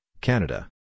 Canada